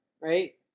right